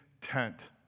tent